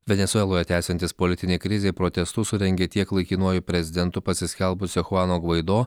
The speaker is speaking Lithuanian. venesueloje tęsiantis politinei krizei protestus surengė tiek laikinuoju prezidentu pasiskelbusio chuano gvaido